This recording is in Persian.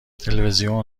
تلویزیون